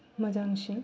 मोजांसिन